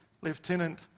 lieutenant